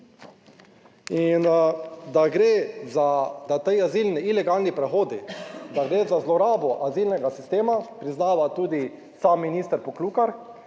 In da gre za, da te azilni, ilegalni prehodi, da gre za zlorabo azilnega sistema priznava tudi sam minister Poklukar,